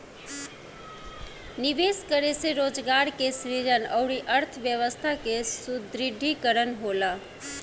निवेश करे से रोजगार के सृजन अउरी अर्थव्यस्था के सुदृढ़ीकरन होला